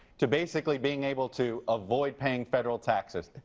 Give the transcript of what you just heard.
to basically being able to avoid paying federal taxes?